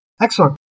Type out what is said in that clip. excellent